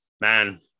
man